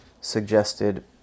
suggested